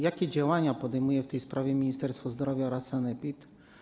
Jakie działania podejmują w tej sprawie ministerstwo zdrowia oraz sanepid?